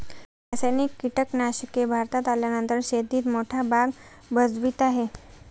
रासायनिक कीटनाशके भारतात आल्यानंतर शेतीत मोठा भाग भजवीत आहे